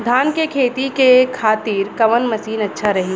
धान के खेती के खातिर कवन मशीन अच्छा रही?